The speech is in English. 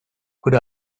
could